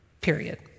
period